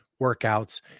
workouts